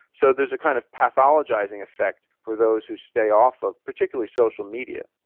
so there's a kind of pathologising effect for those who stay off of particularly social media.